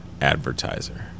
advertiser